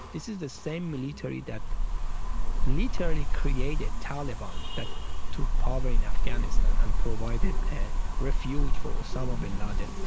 this is the same military that literarily created taliban that took power in afghanistan and provided refuge for osama bin laden,